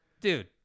Dude